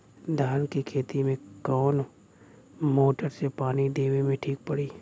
धान के खेती मे कवन मोटर से पानी देवे मे ठीक पड़ी?